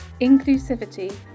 inclusivity